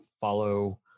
follow